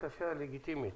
בקשה לגיטימית.